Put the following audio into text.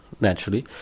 naturally